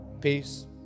Peace